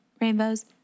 Rainbows